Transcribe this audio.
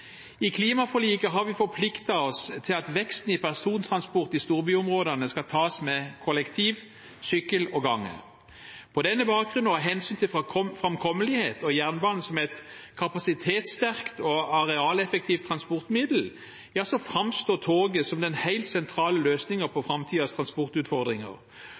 I klimaforliket har vi forpliktet oss til at veksten i persontransport i storbyområdene skal tas med kollektivtransport, sykkel og gange. På denne bakgrunn og av hensyn til framkommelighet og jernbanen som et kapasitetssterkt og arealeffektivt transportmiddel framstår toget som den helt sentrale løsningen på framtidens transportutfordringer.